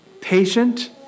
patient